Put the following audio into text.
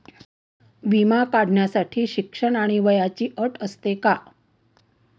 विमा काढण्यासाठी शिक्षण आणि वयाची अट असते का?